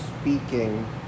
speaking